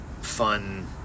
fun